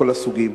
כל הסוגים,